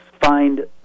find